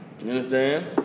understand